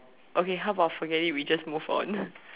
okay how about forget it we just move on